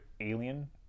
alien